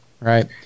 right